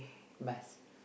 bus